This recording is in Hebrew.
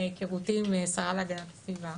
מהיכרותי עם השרה להגנת הסביבה,